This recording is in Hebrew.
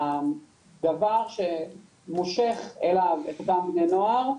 הדבר שמושך אליו את אותם בני נוער.